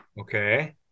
Okay